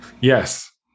Yes